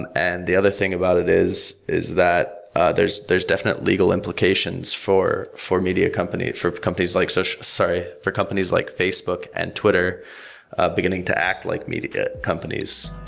and and the other thing about it is, is that there's there's definite legal implications for for media companies, for companies like so sorry. for companies like facebook and twitter beginning to act like media companies,